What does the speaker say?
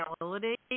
availability